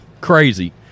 Crazy